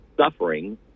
suffering